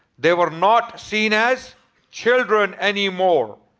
they were not seen as children anymore.